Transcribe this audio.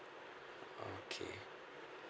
okay